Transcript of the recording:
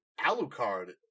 Alucard